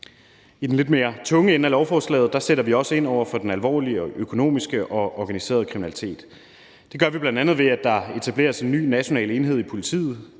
I den lidt mere tunge ende af lovforslaget sætter vi også ind over for den alvorlige økonomiske og organiserede kriminalitet. Det gør vi bl.a., ved at der etableres en ny national enhed i politiet